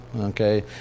okay